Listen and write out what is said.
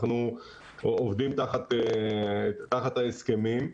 אנחנו עובדים תחת ההסכמים,